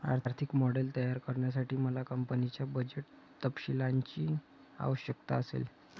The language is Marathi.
आर्थिक मॉडेल तयार करण्यासाठी मला कंपनीच्या बजेट तपशीलांची आवश्यकता असेल